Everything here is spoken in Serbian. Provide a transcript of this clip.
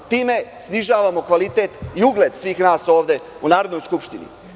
Time snižavamo kvalitet i ugled svih nas ovde u Narodnoj skupštini.